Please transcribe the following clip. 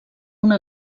una